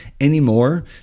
anymore